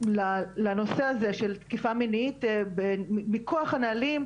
לנושא הזה של תקיפה מינית מכוח הנהלים,